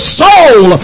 soul